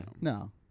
no